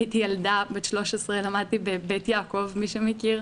הייתי ילדה בת 13, למדתי בבית יעקב, למי שמכיר.